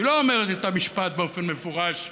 היא לא אומרת את המשפט באופן מפורש: